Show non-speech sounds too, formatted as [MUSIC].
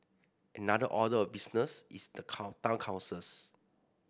another order of business is the [UNINTELLIGIBLE] town councils